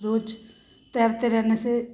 रोज तैरते रहने से